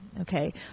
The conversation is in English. okay